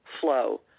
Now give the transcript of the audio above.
flow